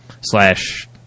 slash